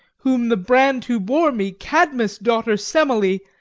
whom the brand who bore me, cadmus' daughter semele,